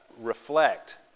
reflect